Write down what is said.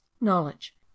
knowledge